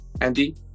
Andy